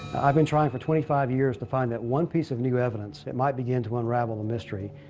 i've been trying for twenty five years to find that one piece of new evidence, that might begin to unravel the mystery,